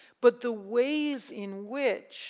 but the ways in which